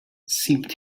sipped